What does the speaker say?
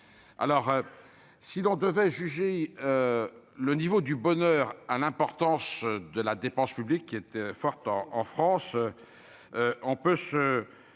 alors si l'on devait juger le niveau du bonheur à l'importance de la dépense publique qui était fort en en France, on peut se